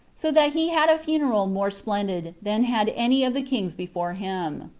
so that he had a funeral more splendid than had any of the kings before him.